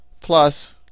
plus